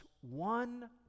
one